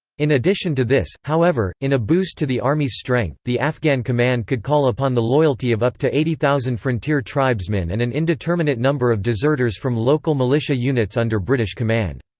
in addition to this, however, in a boost to the army's strength, the afghan command could call upon the loyalty of up to eighty thousand frontier tribesmen and an indeterminate number of deserters from local militia units under british command.